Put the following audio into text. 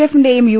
എഫിന്റെയും U